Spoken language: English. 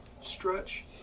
stretch